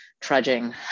trudging